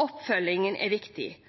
oppfølgingen er viktig,